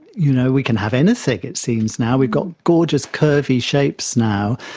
you know, we can have anything it seems now, we've got gorgeous curvy shapes now.